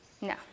No